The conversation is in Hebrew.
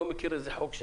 לא מכיר חוק שם.